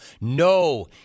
no